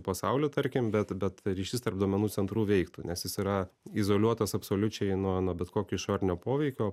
pasauliu tarkim bet bet ryšys tarp duomenų centrų veiktų nes jis yra izoliuotas absoliučiai nuo nuo bet kokio išorinio poveikio